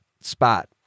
spot